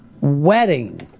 Wedding